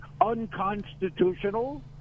unconstitutional